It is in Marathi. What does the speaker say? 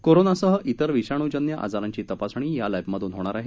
कोरोनासह इतर विषाणूजन्य आजारांची तपासणी या लॅबमधून होणार आहे